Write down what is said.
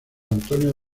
antonio